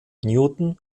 newton